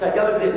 תעצרו אותם.